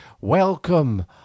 welcome